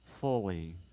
fully